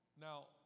Now